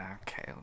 okay